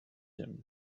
him